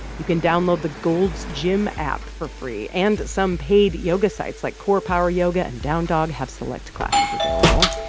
you can download the gold's gym app for free, and some paid yoga sites like corepower yoga and down dog have select classes available.